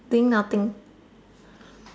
doing nothing